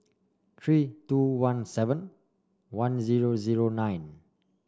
three two one seven one zero zero nine